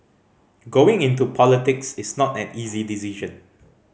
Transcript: going into politics is not an easy decision